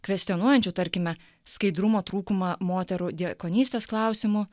kvestionuojančių tarkime skaidrumo trūkumą moterų diakonystės klausimu